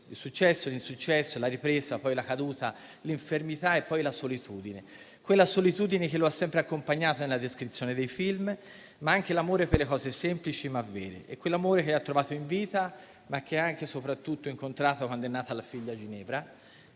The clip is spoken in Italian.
il successo, l'insuccesso, la ripresa e poi la caduta, l'infermità e poi la solitudine. Quella solitudine che lo ha sempre accompagnato nella descrizione dei film, ma anche l'amore per le cose semplici, ma vere, quell'amore che ha trovato in vita e che ha soprattutto incontrato quando è nata alla figlia Ginevra,